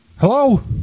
Hello